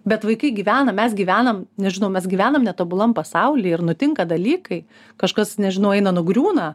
bet vaikai gyvena mes gyvenam nežinau mes gyvenam netobulam pasauly ir nutinka dalykai kažkas nežinau eina nugriūna